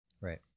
Right